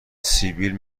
سیبیل